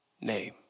name